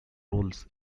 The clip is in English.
roles